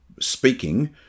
speaking